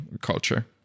culture